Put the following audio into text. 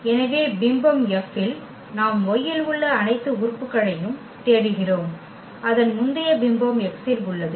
எனவே பிம்பம் F ல் நாம் Y இல் உள்ள அனைத்து உறுப்புகளையும் தேடுகிறோம் அதன் முந்தைய பிம்பம் X இல் உள்ளது